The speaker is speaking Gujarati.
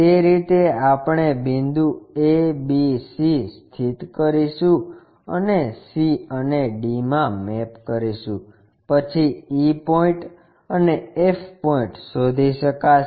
તે રીતે આપણે બિંદુ abc સ્થિત કરીશું અને c અને d માં મેપ કરીશું પછી e પોઇન્ટ અને f પોઇન્ટ શોધી શકાશે